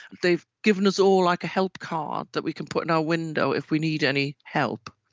they've given us all like a help card that we can put in our window if we need any help.